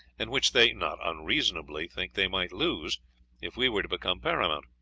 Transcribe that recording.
and which they not unreasonably think they might lose if we were to become paramount.